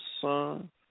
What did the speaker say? Son